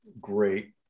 great